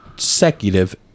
consecutive